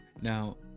now